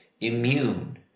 immune